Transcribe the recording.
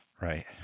Right